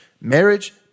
marriage